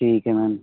ਠੀਕ ਹੈ ਮੈਮ